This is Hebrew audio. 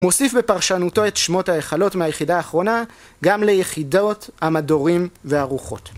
מוסיף בפרשנותו את שמות ההיכלות מהיחידה האחרונה, גם ליחידות המדורים והרוחות.